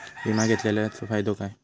विमा घेतल्याचो फाईदो काय?